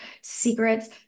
secrets